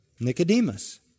Nicodemus